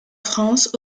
france